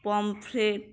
pomfret